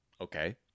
okay